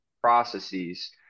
processes